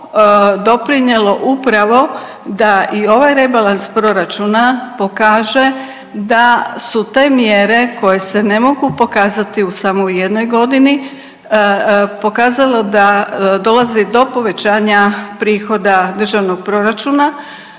doprinjelo upravo da i ovaj rebalans proračuna pokaže da su te mjere koje se ne mogu pokazati u samo u jednoj godini pokazalo da dolazi do povećanja prihoda državnog proračuna,